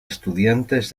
estudiantes